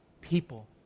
people